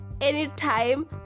anytime